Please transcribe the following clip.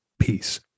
Peace